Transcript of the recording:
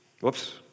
Whoops